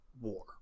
war